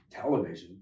television